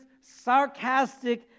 sarcastic